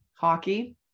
hockey